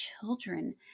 children